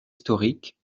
historique